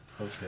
Okay